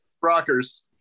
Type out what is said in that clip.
rockers